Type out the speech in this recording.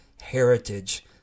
heritage